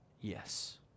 Yes